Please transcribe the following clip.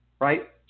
right